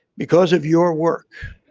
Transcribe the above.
because of your work